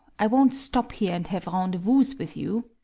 i won't stop here and have rendezvous's with you.